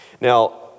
Now